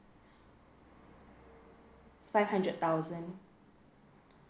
five hundred thousand